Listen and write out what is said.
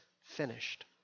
finished